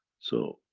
so,